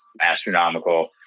astronomical